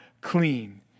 clean